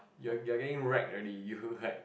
you're you're getting racked already you like